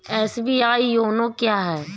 SBI YONO क्या है?